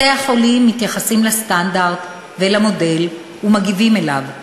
בתי-החולים מתייחסים לסטנדרט ולמודל ומגיבים אליו.